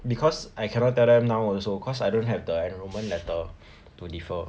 because I cannot tell them now also cause I don't have the enrolment letter to defer